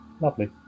Lovely